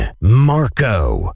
Marco